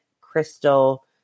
Crystal